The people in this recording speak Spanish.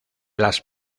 las